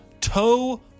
Toe